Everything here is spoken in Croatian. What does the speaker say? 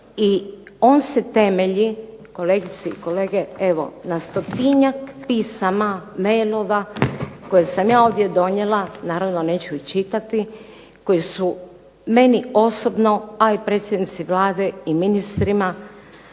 i on se temelji kolegice i kolege evo na stotinjak pisama i mailova koje sam ja ovdje donijela, naravno neću ih čitati, koji su meni osobno, a i predsjednici Vlade i ministrima